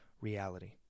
reality